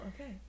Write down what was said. okay